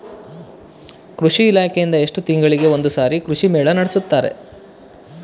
ಕೃಷಿ ಇಲಾಖೆಯಿಂದ ಎಷ್ಟು ತಿಂಗಳಿಗೆ ಒಂದುಸಾರಿ ಕೃಷಿ ಮೇಳ ನಡೆಸುತ್ತಾರೆ?